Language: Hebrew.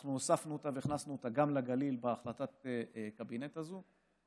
אנחנו הוספנו אותה והכנסנו אותה גם לגליל בהחלטת קבינט הזו,